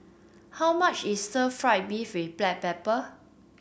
how much is stir fry beef with Black Pepper